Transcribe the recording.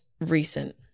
recent